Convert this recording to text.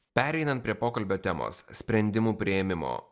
pereinant prie pokalbio temos sprendimų priėmimo